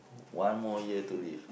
one more year to live